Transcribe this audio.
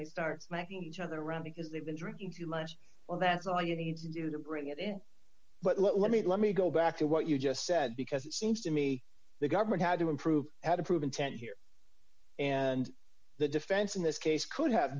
they start smacking each other around because they've been drinking too much well that's all you need to do to bring it in but let me let me go back to what you just said because it seems to me the government had to improve had to prove intent here and the defense in this case could have